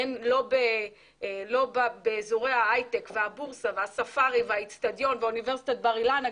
אין לא באזורי ההייטק והבורסה והספארי והאצטדיון ואוניברסיטת בר אילן.